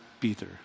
Peter